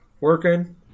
Working